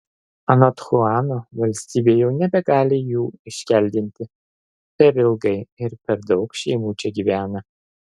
anot chuano valstybė jau nebegali jų iškeldinti per ilgai ir per daug šeimų čia gyvena